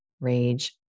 rage